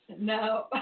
No